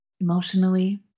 emotionally